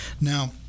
Now